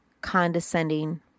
condescending